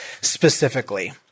specifically